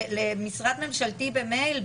למשרד ממשלתי במייל?